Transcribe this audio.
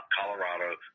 Colorado